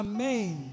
Amen